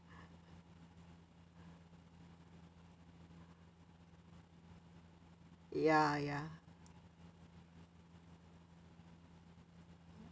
ya ya